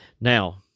Now